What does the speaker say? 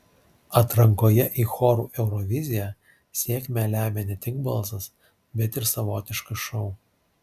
atrankoje į chorų euroviziją sėkmę lemia ne tik balsas bet ir savotiškas šou